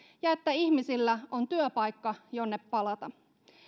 ja että ihmisillä on työpaikka jonne palata